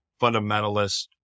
fundamentalist